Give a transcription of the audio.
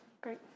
Great